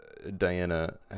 Diana